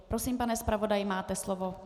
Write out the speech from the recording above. Prosím, pane zpravodaji, máte slovo.